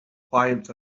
clients